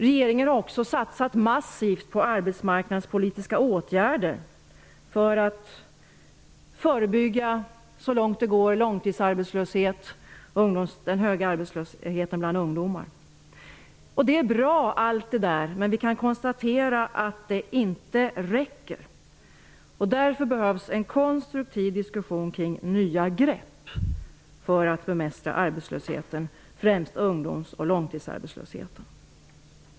Regeringen har också satsat massivt på arbetsmarknadspolitiska åtgärder för att så långt det är möjligt förebygga långtidsarbetslöshet och hög arbetslöshet bland ungdomar. Allt det här är bra. Men vi kan konstatera att det inte räcker. Därför behövs det en konstruktiv diskussion kring nya grepp för att bemästra arbetslösheten, främst ungdoms och långtidsarbetslösheten.